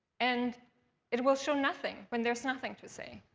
and it will show nothing when there's nothing to say.